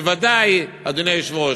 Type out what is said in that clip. בוודאי, אדוני היושב-ראש,